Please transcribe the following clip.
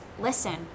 listen